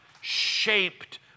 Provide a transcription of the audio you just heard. shaped